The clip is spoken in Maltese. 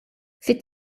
fit